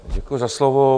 Děkuji za slovo.